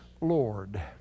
Lord